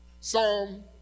Psalm